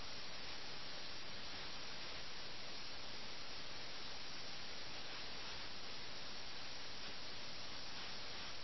ആ സ്ഥലത്ത് ഒരു വിജനമായപ്രദേശമുണ്ട് ഗെയിമിൽ പങ്കെടുക്കുന്ന രണ്ട് പേരുടെയും അഭിപ്രായത്തിൽ അത് ഒരു ഏകാന്ത സ്ഥലമാണ് അത് ഈ നിർദ്ദിഷ്ട കഥാപാത്രങ്ങളുടെ വിഡ്ഢിത്തത്തിന്റെ ചുരുളഴിക്കുന്ന വേദിയാണ്